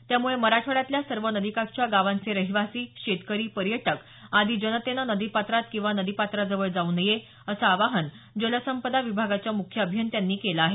त्यामुळे मराठवाड्यातल्या सर्व नदीकाठच्या गावांचे रहिवासी शेतकरी पर्यटक आदी जनतेनं नदीपात्रात तसंच नदीपात्राजवळ जाऊ नये असं आवाहन जलसंपदा विभागाच्या मुख्य अभियंत्यांनी केलं आहे